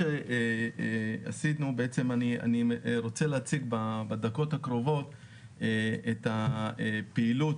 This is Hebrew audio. אני רוצה להציג בדקות הקרובות את הפעילות